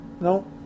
no